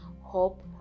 Hope